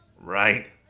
right